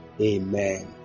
Amen